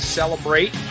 celebrate